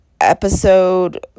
episode